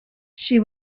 she